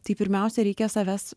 tai pirmiausia reikia savęs